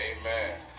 Amen